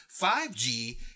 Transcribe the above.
5G